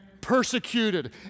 persecuted